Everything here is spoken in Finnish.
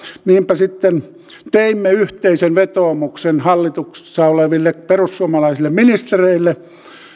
niinpä sitten teimme yhteisen vetoomuksen hallituksessa oleville perussuomalaisille ministereille